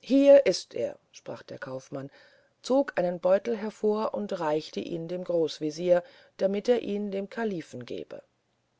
hier ist er sprach der kaufmann zog einen beutel hervor und reichte ihn dem großwesir damit er ihn dem kalifen gebe